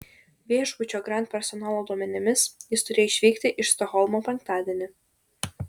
viešbučio grand personalo duomenimis jis turėjo išvykti iš stokholmo penktadienį